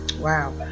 Wow